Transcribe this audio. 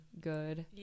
good